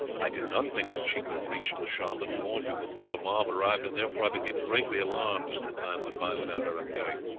i did not think that she could have reached the shop and warned you before the mob arrived, and therefore i became greatly alarmed as the time went by without her appearing.